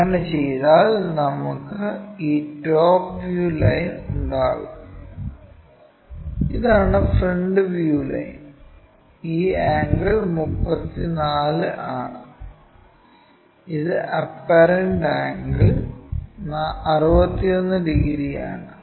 അങ്ങനെ ചെയ്താൽ നമുക്ക് ഈ ടോപ്പ് വ്യൂ ലൈൻ ഉണ്ടാകും ഇതാണ് ഫ്രണ്ട് വ്യൂ ലൈൻ ഈ ആംഗിൾ 34 ആണ് ഇത് അപ്പറെന്റ് ആംഗിൾ 61 ഡിഗ്രിയാണ്